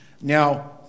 now